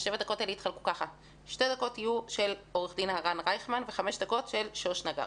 הן יתחלקו כך: 2 דקות לעו"ד הרן רייכמן ו-5 דקות של שוש נגר.